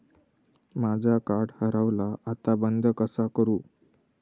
माझा कार्ड हरवला आता बंद कसा करू?